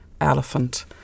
Elephant